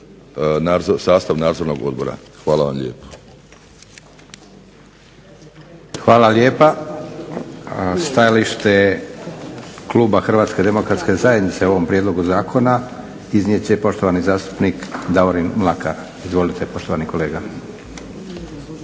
sastav nadzornog odbora. Hvala vam lijepo. **Leko, Josip (SDP)** Hvala lijepa. Stajalište kluba HDZ-a o ovom prijedlogu zakona iznijet će poštovani zastupnik Davorin Mlakar. Izvolite poštovani kolega.